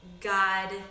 God